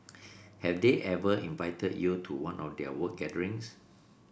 have they ever invited you to one of their work gatherings